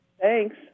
Thanks